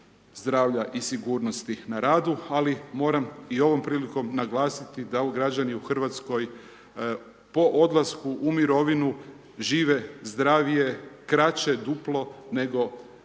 zdravlja i sigurnosti na radu ali moram i ovom prilikom naglasiti da građani u Hrvatskoj po odlasku u mirovinu žive zdravije, kraće duplo nego